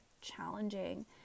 challenging